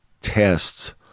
tests